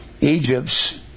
Egypt's